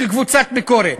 של קבוצת ביקורת.